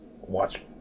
watch